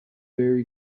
very